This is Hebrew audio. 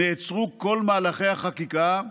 נעצרו כל מהלכי החקיקה,